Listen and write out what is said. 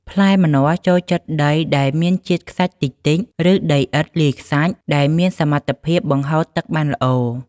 ផ្លែម្នាស់ចូលចិត្តដីដែល មានជាតិខ្សាច់តិចៗ ឬដីឥដ្ឋលាយខ្សាច់ ដែលមានសមត្ថភាពបង្ហូរទឹកបានល្អ។